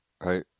Right